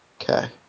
Okay